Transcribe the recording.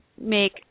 make